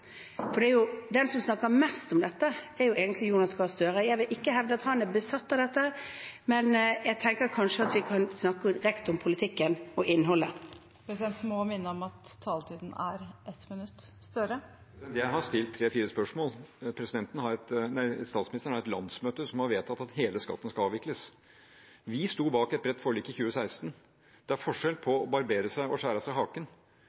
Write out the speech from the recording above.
Den som snakker mest om dette, er jo egentlig Jonas Gahr Støre. Jeg vil ikke hevde at han er besatt av dette , men jeg tenker kanskje at vi kan snakke direkte om politikken og innholdet. Presidenten må minne om at taletiden er 1 minutt. Jonas Gahr Støre – til oppfølgingsspørsmål. Jeg har stilt tre–fire spørsmål. Statsministeren har et landsmøte som har vedtatt at hele skatten skal avvikles. Vi sto bak et bredt forlik i 2016, men det er forskjell på å barbere seg og å skjære av seg haken.